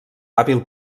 hàbil